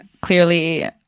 Clearly